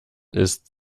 ist